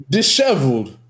Disheveled